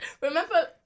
remember